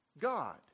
God